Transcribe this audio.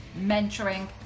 mentoring